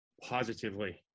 positively